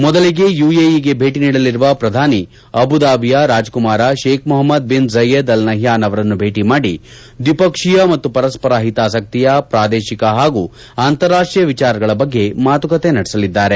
ಮೊದಲಿಗೆ ಯುಎಇಗೆ ಭೇಟಿ ನೀಡಲಿರುವ ಪ್ರಧಾನಿ ಅಬುದಾಬಿಯ ರಾಜಕುಮಾರ Sheikh Mohamed bin Zayed Al Nahyan ಅವರನ್ನು ಭೇಟಿ ಮಾಡಿ ದ್ವಿಪಕ್ಷೀಯ ಮತ್ತು ಪರಸ್ಬರ ಹಿತಾಸಕ್ತಿಯ ಪ್ರಾದೇಶಿಕ ಹಾಗೂ ಅಂತಾರಾಷ್ಟೀಯ ವಿಚಾರಗಳ ಬಗ್ಗೆ ಮಾತುಕತೆ ನಡೆಸಲಿದ್ದಾರೆ